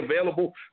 available